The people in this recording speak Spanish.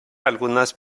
algunas